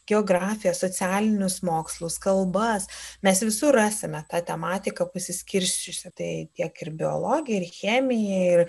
geografiją socialinius mokslus kalbas mes visur rasime tą tematiką pasiskirsčiusią tai tiek ir biologija ir chemija ir